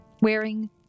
Wearing